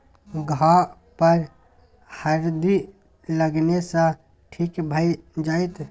घाह पर हरदि लगेने सँ ठीक भए जाइत